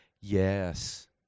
yes